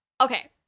okay